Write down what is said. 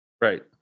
Right